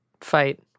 fight